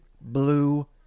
blue